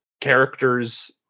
characters